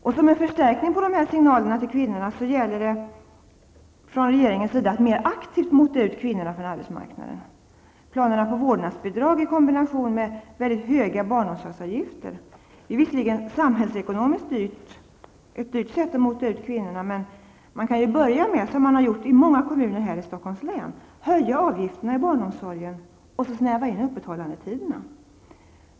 Och som en förstärkning på de här signalerna till kvinnorna gäller det enligt regeringen att mer aktivt mota ut kvinnorna från arbetsmarknaden. Planerna på vårdnadsbidrag i kombination med mycket höga barnomsorgsavgifter är visserligen samhällsekonomiskt ett dyrt sätt att mota ut kvinnorna. Men man kan ju, som man har gjort i många kommuner här i Stockholms län, börja med att höja avgifterna i barnomsorgen och snäva in öppethållandetiderna.